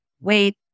wait